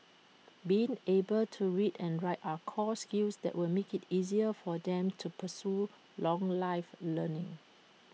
being able to read and write are core skills that will make IT easier for them to pursue long life learning